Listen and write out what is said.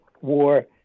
war